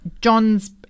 John's